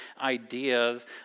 ideas